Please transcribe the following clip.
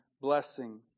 blessing